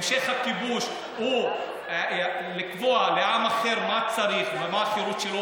המשך הכיבוש הוא לקבוע לעם אחר מה צריך ומה החירות שלו